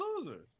losers